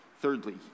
Thirdly